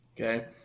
Okay